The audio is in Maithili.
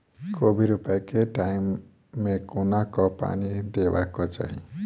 कोबी रोपय केँ टायम मे कोना कऽ पानि देबाक चही?